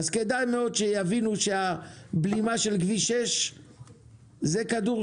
כדאי מאוד שיבינו שהבלימה של כביש 6 זה כדור